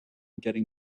getting